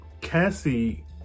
cassie